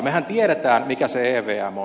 mehän tiedämme mikä se evm on